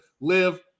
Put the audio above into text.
Live